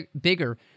bigger